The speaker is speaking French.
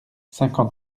cinquante